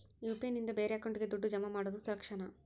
UPI ನಿಂದ ಬೇರೆ ಅಕೌಂಟಿಗೆ ದುಡ್ಡು ಜಮಾ ಮಾಡೋದು ಸುರಕ್ಷಾನಾ?